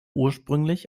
ursprünglich